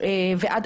ועד